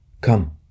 Come